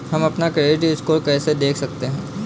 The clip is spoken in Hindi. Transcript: हम अपना क्रेडिट स्कोर कैसे देख सकते हैं?